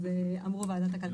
אמרו ועדת הכלכלה.